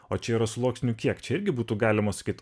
o čia yra sluoksnių kiek čia irgi būtų galima sakyt